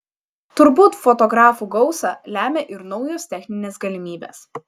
turbūt fotografų gausą lemia ir naujos techninės galimybės